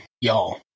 y'all